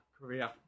Korea